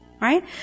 Right